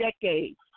decades